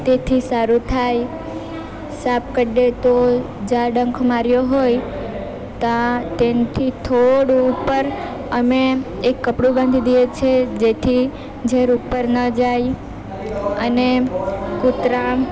તેથી સારું થાય સાપ કરડે તો જ્યાં ડંખ માર્યો હોય ત્યાં તેનથી થોડું ઉપર અમે એક કપડું બાંધી દઈએ છીએ જેથી ઝેર ઉપર ન જાય અને કુતરા